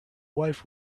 wife